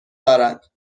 دارد